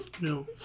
No